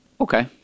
Okay